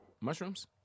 mushrooms